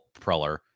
Preller